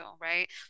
right